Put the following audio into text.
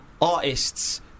artists